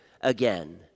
again